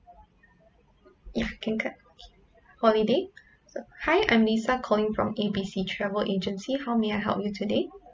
ya can clap holiday so hi I'm lisa calling from A_B_C travel agency how may I help you today